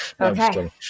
Okay